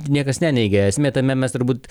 niekas neneigia esmė tame mes turbūt